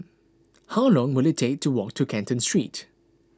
how long will it take to walk to Canton Street